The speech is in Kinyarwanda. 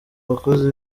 bakozi